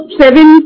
seven